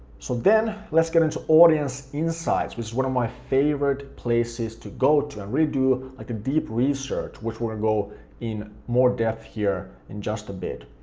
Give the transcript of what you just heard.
so then let's get into audience insights, which is one of my favorite places to go to and really do like a deep research which we're gonna go in more depth here in just a bit.